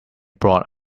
brought